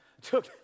took